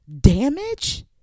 damage